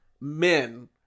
men